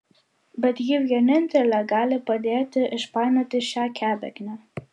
bet ji vienintelė gali padėti išpainioti šią kebeknę